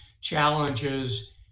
challenges